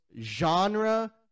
genre